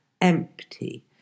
empty